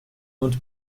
und